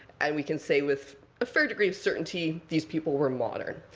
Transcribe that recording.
and we can say, with a fair degree of certainty, these people were modern.